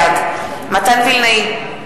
בעד מתן וילנאי,